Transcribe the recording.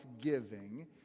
giving